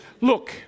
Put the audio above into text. Look